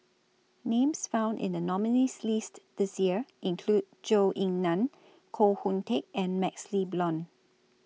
Names found in The nominees' list This Year include Zhou Ying NAN Koh Hoon Teck and MaxLe Blond